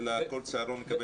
אלא כל צהרון יקבל